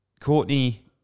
Courtney